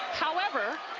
however,